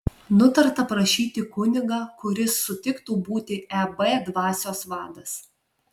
nutarta prašyti kunigą kuris sutiktų būti eb dvasios vadas